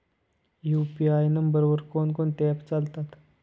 UPI नंबरवर कोण कोणते ऍप्स चालतात?